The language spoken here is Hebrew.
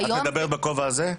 את מדברת בכובע הזה?